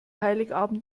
heiligabend